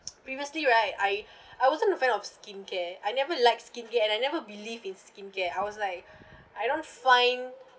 previously right I I wasn't a fan of skincare I never like skincare and I never believe in skincare I was like I don't find